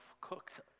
cooked